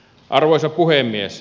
arvoisa puhemies